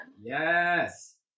yes